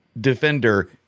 Defender